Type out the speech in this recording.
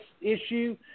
issue